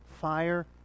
fire